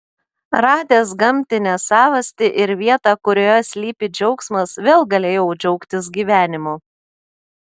radęs gamtinę savastį ir vietą kurioje slypi džiaugsmas vėl galėjau džiaugtis gyvenimu